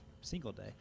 single-day